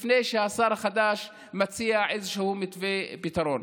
לפני שהשר החדש מציע איזשהו מתווה לפתרון.